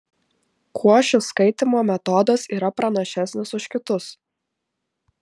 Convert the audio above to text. kuo šis skaitymo metodas yra pranašesnis už kitus